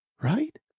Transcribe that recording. right